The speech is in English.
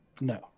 No